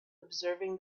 observing